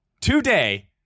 today